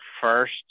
first